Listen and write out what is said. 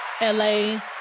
LA